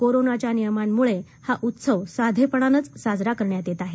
कोरोनाच्या नियमांमुळे हा उत्सव साधेपणानंच साजरा करण्यात येत आहे